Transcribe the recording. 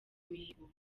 imihigo